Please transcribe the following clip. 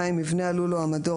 מבנה הלול או המדור,